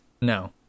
No